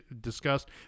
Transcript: discussed